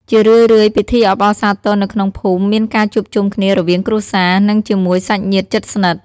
ជារឿយៗ ពិធីអបអរសាទរនៅក្នុងភូមិមានការជួបជុំគ្នារវាងគ្រួសារ និងជាមួយសាច់ញាតិជិតស្និទ្ធ។